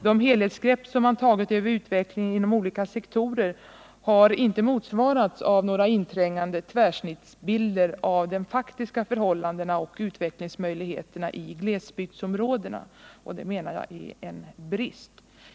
De helhetsgrepp som man tagit över utvecklingen inom olika sektorer har emellertid inte motsvarats av några inträngande tvärsnittsbilder av de faktiska förhållandena och utvecklingsmöjligheterna i glesbygdsområdena. Det menar jag är en brist.